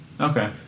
Okay